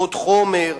ללמוד חומר,